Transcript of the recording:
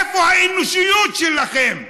איפה האנושיות שלכם?